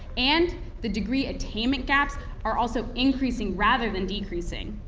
and the degree attainment gaps are also increasing rather than decreasing.